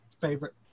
favorite